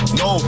no